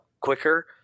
quicker